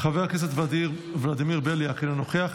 חבר הכנסת ולדימיר בליאק, אינו נוכח,